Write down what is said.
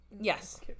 Yes